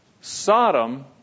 Sodom